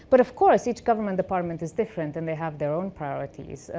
but of course each government department is different and they have their own priorities,